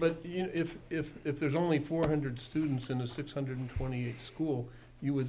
but you know if if if there's only four hundred students in the six hundred twenty school you would